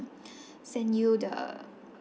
send you the